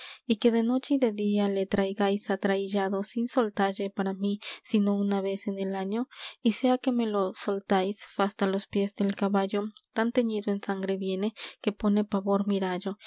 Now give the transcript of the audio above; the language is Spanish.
y que de noche y de día le traigáis atraillado sin soltalle para mí sino una vez en el año y esa que me le soltáis fasta los piés del caballo tan teñido en sangre viene que pone pavor mirallo